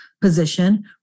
position